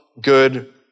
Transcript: good